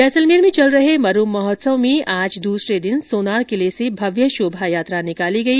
जैसलमेर में चल रहे मरु महोत्सव में आज दूसरे दिन सोनार किले से भव्य शोभा यात्रा निकाली गई